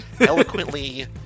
eloquently